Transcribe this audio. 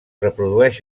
reprodueix